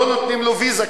לא נותנים לו ויזה.